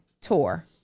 tour